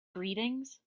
greetings